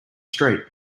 street